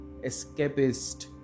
escapist